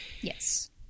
Yes